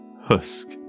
Husk